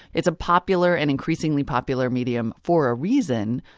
it's a popular and increasingly popular medium for a reason.